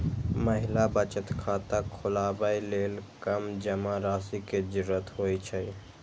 महिला बचत खाता खोलबै लेल कम जमा राशि के जरूरत होइ छै